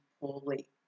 poorly